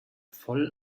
voll